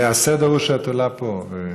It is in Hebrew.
הסדר הוא שאת עולה פה.